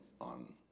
on